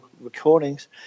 recordings